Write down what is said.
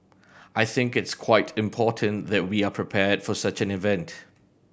I think it's quite important that we are prepared for such an event